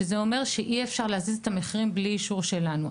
שזה אומר שאי אפשר להזיז את המחירים בלי אישור שלנו.